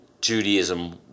Judaism